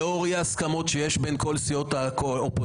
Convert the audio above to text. לאור אי ההסכמות שיש בין כל סיעות האופוזיציה,